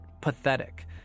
pathetic